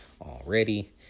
already